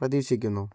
പ്രതീക്ഷിക്കുന്നു